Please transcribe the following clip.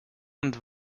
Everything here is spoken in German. und